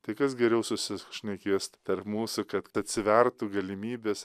tai kas geriau susišnekės tarp mūsų kad atsivertų galimybės